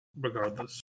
regardless